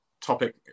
topic